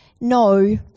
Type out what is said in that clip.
No